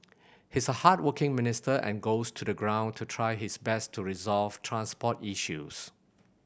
he's a hardworking minister and goes to the ground to try his best to resolve transport issues